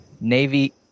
Navy